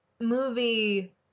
movie